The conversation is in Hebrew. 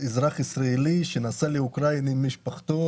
אזרח ישראלי שנסע לאוקראינה עם משפחתו,